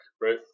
right